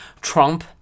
Trump